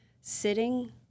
sitting